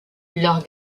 leurs